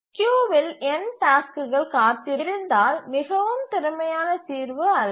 கியூவில் n டாஸ்க்குகள் காத்திருக்கும் இருந்தால் மிகவும் திறமையான தீர்வு அல்ல